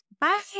Bye